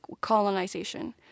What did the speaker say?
colonization